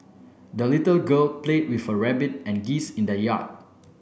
the little girl played with her rabbit and geese in the yard